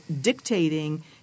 dictating